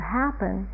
happen